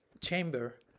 chamber